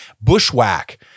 bushwhack